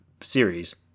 series